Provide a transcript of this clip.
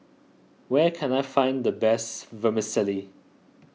where can I find the best Vermicelli